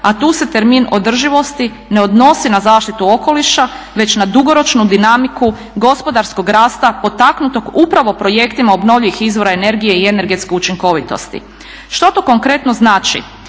a tu se termin održivosti ne odnosi na zaštitu okoliša već na dugoročnu dinamiku gospodarskog rasta potaknutog upravo projektima obnovljivih izvora energije i energetske učinkovitosti. Što to konkretno znači?